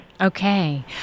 Okay